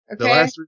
okay